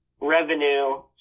Revenue